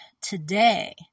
today